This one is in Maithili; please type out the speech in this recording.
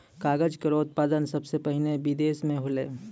कागज केरो उत्पादन सबसें पहिने बिदेस म होलै